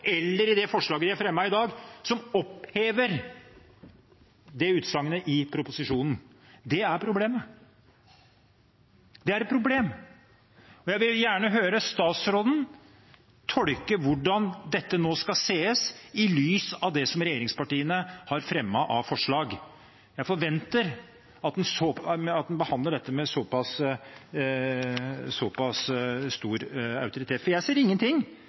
eller i det forslaget de har fremmet i dag, som opphever det utsagnet i proposisjonen. Det er problemet; det er et problem. Jeg vil gjerne høre statsråden tolke hvordan dette nå skal ses, i lys av det som regjeringspartiene har fremmet av forslag. Jeg forventer at en behandler dette med så pass stor autoritet. For jeg ser ingenting